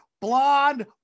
blonde